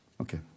Okay